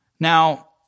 Now